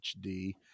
HD